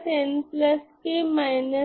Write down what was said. eμa eμb e μa e μb eμa eμb e μa e μb c1 c2 0 0 সুতরাং আপনি এখানে একটি nonzero সমাধান পেতে চান